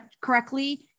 correctly